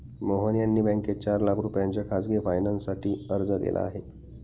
मोहन यांनी बँकेत चार लाख रुपयांच्या खासगी फायनान्ससाठी अर्ज केला आहे